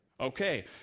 Okay